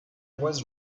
was